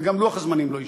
וגם לוח הזמנים לא יישמר.